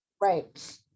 right